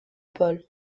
pol